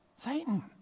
Satan